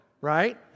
right